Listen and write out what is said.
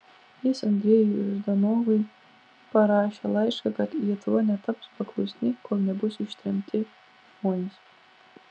jis andrejui ždanovui parašė laišką kad lietuva netaps paklusni kol nebus ištremti žmonės